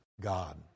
God